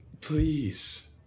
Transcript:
Please